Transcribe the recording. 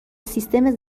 سیستم